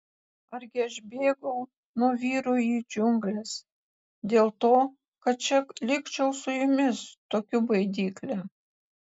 argi aš bėgau nuo vyrų į džiungles dėl to kad čia likčiau su jumis tokiu baidykle